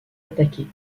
attaquer